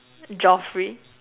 Geoffrey